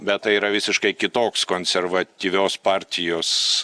bet tai yra visiškai kitoks konservatyvios partijos